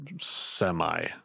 Semi